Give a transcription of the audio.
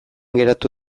geratu